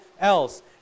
else